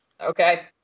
Okay